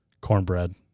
cornbread